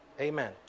amen